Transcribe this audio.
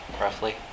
roughly